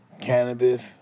cannabis